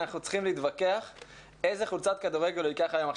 כן יכולים לעשות ומה אנחנו לא יכולים לעשות,